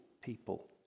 people